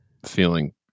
feeling